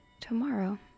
tomorrow